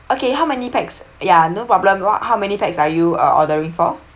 okay how many pax ya no problem what how many pax are you uh ordering for